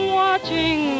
watching